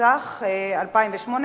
התשס"ח 2008,